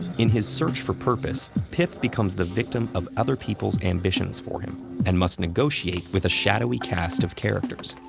in his search for purpose, pip becomes the victim of other people's ambitions for him and must negotiate with a shadowy cast of characters.